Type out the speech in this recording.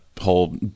whole